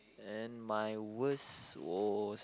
and my worst was